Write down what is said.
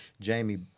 Jamie